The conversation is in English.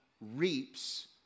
reaps